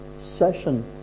session